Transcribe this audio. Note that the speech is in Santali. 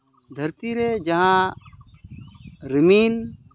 ᱫᱷᱟᱹᱨᱛᱤ ᱨᱮ ᱡᱟᱦᱟᱸ ᱨᱤᱢᱤᱞ